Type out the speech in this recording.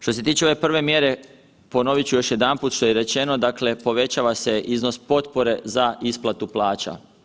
Što se tiče ove prve mjere, ponovit ću još jedanput što je i rečeno, dakle povećava se iznos potpore za isplatu plaća.